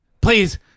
Please